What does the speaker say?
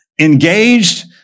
engaged